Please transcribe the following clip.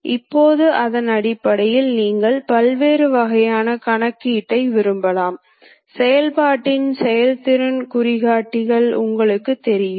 இப்போது X என்பது X 300 புள்ளியின் X ஒருங்கிணைப்பு மற்றும் இந்த புள்ளியின் ஒருங்கிணைப்பு X 500 ஆகும்